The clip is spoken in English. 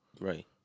Right